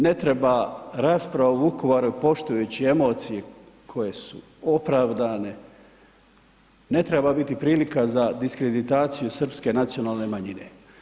Ne treba rasprava o Vukovaru, poštujući emocije koje su opravdane, ne treba biti prilika za diskreditaciju srpske nacionalne manjine.